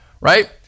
right